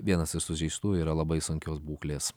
vienas iš sužeistųjų yra labai sunkios būklės